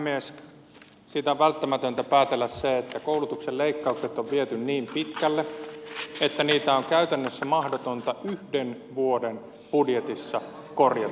siitä on välttämätöntä päätellä se että koulutuksen leikkaukset on viety niin pitkälle että niitä on käytännössä mahdotonta yhden vuoden budjetissa korjata